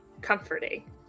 comforting